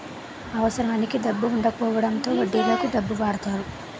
అవసరానికి డబ్బు వుండకపోవడంతో వడ్డీలకు డబ్బు వాడతారు